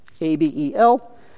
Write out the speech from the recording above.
A-B-E-L